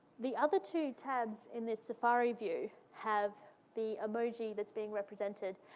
the other two tabs in this safari view have the emoji that's being represented,